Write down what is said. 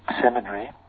seminary